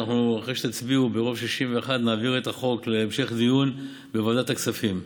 אחרי שתצביעו ברוב של 61 נעביר את החוק להמשך דיון בוועדת הכספים.